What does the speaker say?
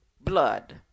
blood